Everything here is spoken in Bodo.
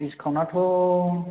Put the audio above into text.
दिसकाउन्ट आथ'